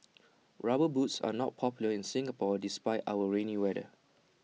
rubber boots are not popular in Singapore despite our rainy weather